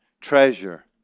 Treasure